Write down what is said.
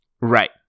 Right